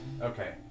Okay